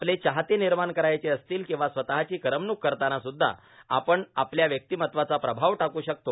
आपले चाहते निर्माण करायचे असतील किंवा स्वतःची करमणूक करतानासुद्धा आपण आपल्या व्यक्तीमत्वाचा प्रभाव टाकू शकतो